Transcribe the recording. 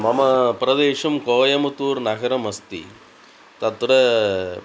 मम प्रदेशं कोयमुत्तूर् नगरमस्ति तत्र